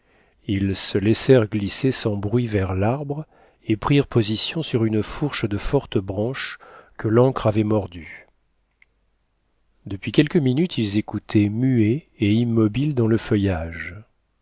ils se laissèrent glisser sans bruit vers l'arbre et prirent position sur une fourche de fortes branches que l'ancre avait mordue depuis quelques minutés ils écoutaient muets et immobiles dans le feuillage